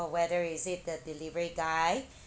or whether is it the delivery guy